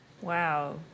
Wow